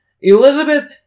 Elizabeth